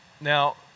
Now